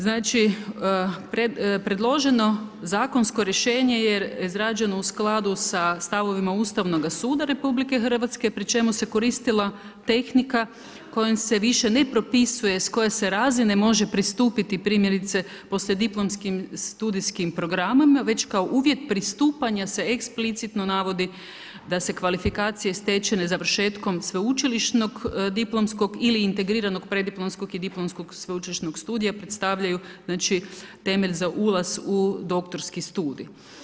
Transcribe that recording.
Znači predloženo zakonsko rješenje je izrađeno u skladu sa stavovima Ustavnoga suda RH pri čemu se koristila tehnika kojom se više ne propisuje s koje se razine može pristupiti primjerice poslijediplomskim studijskim programima, već kao uvjet pristupanja se eksplicitno navodi da se kvalifikacije stečene sveučilišnog diplomskog ili integriranog preddiplomskog i diplomskog sveučilišnog studija predstavljaju temelj za ulaza u doktorski studij.